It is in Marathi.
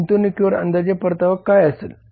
गुंतवणूकीवर अंदाजे परतावा काय असेल